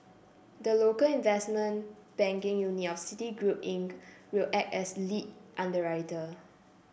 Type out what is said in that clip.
the local investment banking unit of Citigroup Inc will act as lead underwriter